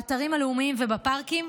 באתרים הלאומיים ובפארקים.